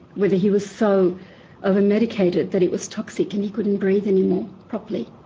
whether he was so overmedicated that it was toxic and he couldn't breathe anymore, properly,